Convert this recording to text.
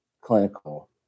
clinical